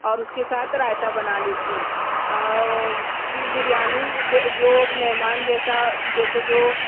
اور اُس کے ساتھ رائیتہ بنا لیتی ہوں بریانی جو مہمان جیسا جیسے جو